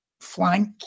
flank